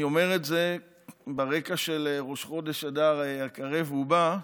אני אומר את זה ברקע של ראש חודש אדר הקרב ובא,